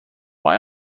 why